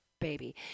baby